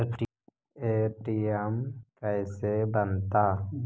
ATM कैसे बनता?